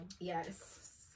Yes